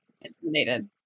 intimidated